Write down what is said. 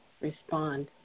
respond